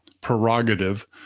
prerogative